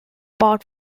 part